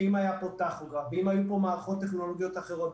שאם היה פה טכוגרף ואם היו פה מערכות טכנולוגיות אחרות